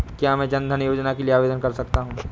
क्या मैं जन धन योजना के लिए आवेदन कर सकता हूँ?